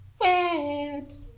Wet